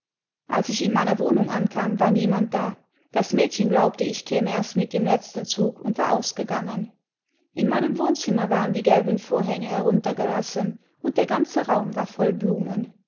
als ich in meiner wohnung ankam war niemand da das mädchen glaubte ich käme erst mit dem letzten zug und war ausgegangen in meinem wohnzimmer waren die gelben vorhänge heruntergelassen und der ganze raum war voll blumen